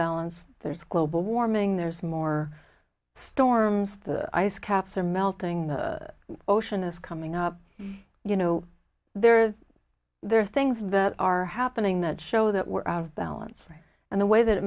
balance there's global warming there's more storms the ice caps are melting the ocean is coming up you know there are there are things that are happening that show that we're out of balance and the way that it